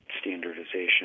standardization